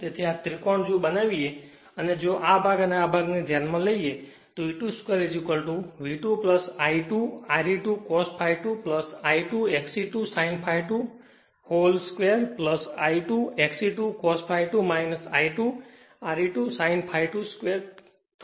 તેથી આ ત્રિકોણ જો બનાવીએ અને જો આ ભાગ અને આ ભાગ ને ધ્યાન માં લઈએ તો E2 2 V2 I2 Re2 cos ∅2 I2 XE2 sin ∅2 wholE2 I2 XE2 cos ∅2 I2 Re2 sin ∅2 2 થશે